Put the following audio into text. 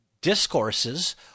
discourses